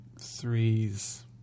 Threes